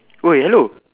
!oi! hello